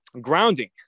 grounding